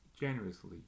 generously